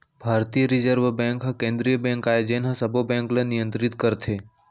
भारतीय reserve bank ह केंद्रीय बेंक आय जेन ह सबो बेंक ल नियतरित करथे